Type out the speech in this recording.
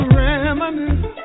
reminisce